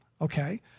okay